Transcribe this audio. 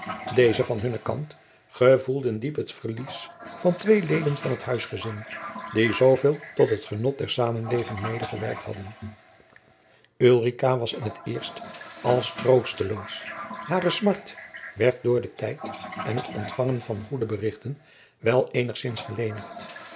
deze van hunnen kant gevoelden diep het verlies van twee leden van het huisgezin die zooveel tot het genot der samenleving medegewerkt hadden ulrica was in t eerst als troosteloos hare smart werd door den tijd en het ontfangen van jacob van lennep de pleegzoon goede berichten wel eenigzins gelenigd